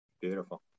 beautiful